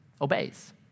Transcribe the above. obeys